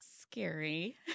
scary